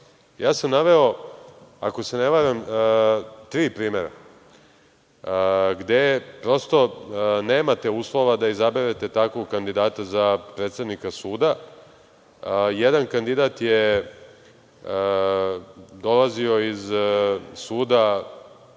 ja sam naveo, ako se ne varam, tri primera gde prosto nemate uslova da izaberete takvog kandidata za predsednika suda. Jedan kandidat je dolazio iz suda